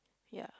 ya